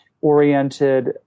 oriented